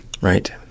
right